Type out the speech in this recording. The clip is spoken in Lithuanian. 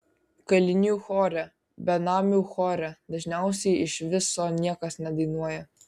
kalinių chore benamių chore dažniausiai iš viso niekas nedainuoja